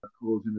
causing